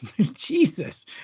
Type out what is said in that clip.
Jesus